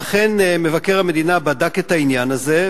ואכן מבקר המדינה בדק את העניין הזה,